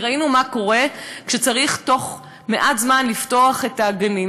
כי ראינו מה קורה כשצריך בתוך מעט זמן לפתוח את הגנים.